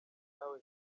nawe